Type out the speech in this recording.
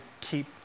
keep